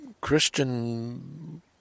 Christian